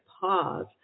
pause